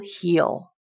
heal